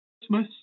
Christmas